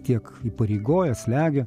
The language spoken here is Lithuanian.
tiek įpareigoja slegia